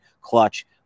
clutch